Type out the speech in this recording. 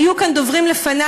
היו כאן דוברים לפני,